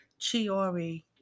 Chiori